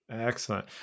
Excellent